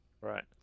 Right